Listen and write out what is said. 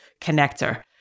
connector